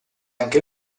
anche